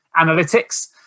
analytics